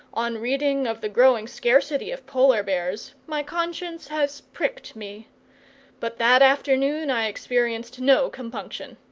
on reading of the growing scarcity of polar bears, my conscience has pricked me but that afternoon i experienced no compunction.